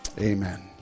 Amen